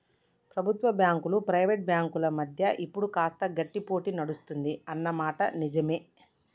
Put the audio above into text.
ప్రభుత్వ బ్యాంకులు ప్రైవేట్ బ్యాంకుల మధ్య ఇప్పుడు కాస్త గట్టి పోటీ నడుస్తుంది అన్న మాట నిజవే